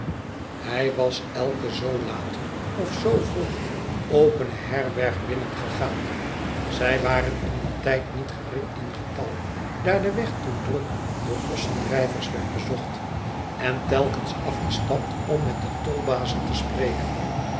hij was elke zoo laat of zoo vroeg opene herberg binnengegaan zij waren in dien tijd niet gering in getal daar de weg toen druk door ossendrijvers werd bezocht en telkens afgestapt om met de tolbazen te spreken